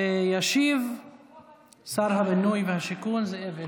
ישיב שר הבינוי והשיכון זאב אלקין.